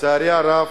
לצערי הרב,